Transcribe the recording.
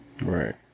Right